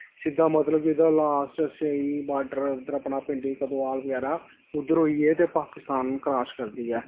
सिद्धा एह्दा मतलब लास्ट सेई बार्डर इद्धर अपना पिंडी कदोआल बगैरा उद्धर होई गे ते पाकिस्तान क्रास करदी ऐ